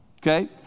okay